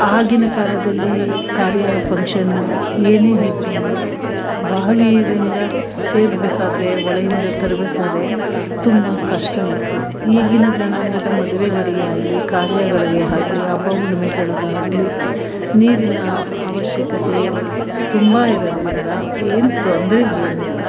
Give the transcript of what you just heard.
ಆಗಿನ ಕಾಲದಲ್ಲಿ ಕಾರ್ಯ ಫಂಕ್ಷನ್ನು ಏನೇ ಇದ್ರುನು ಬಾವಿಯಿಂದ ಸೇದಬೇಕಾದ್ರೆ ಹೊಳೆಯಿಂದ ತರ್ಬೇಕಾದ್ರೆ ತುಂಬ ಕಷ್ಟ ಇತ್ತು ಈಗಿನ ಜನಾಂಗದ ಮದುವೆಗಳಿಗೆ ಆಗಲಿ ಕಾರ್ಯಗಳಿಗೆ ಆಗ್ಲಿ ಹಬ್ಬ ಹುಣ್ಮೆಗಳಿಗಾಗ್ಲಿ ನೀರಿನ ಅವಶ್ಯಕತೆ ತುಂಬ ಇರೋದ್ರಿಂದ ಏನು ತೊಂದರೆ ಏನಿಲ್ಲ